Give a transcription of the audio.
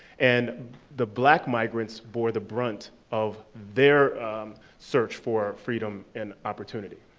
and the black migrants bore the brunt of their search for freedom and opportunity.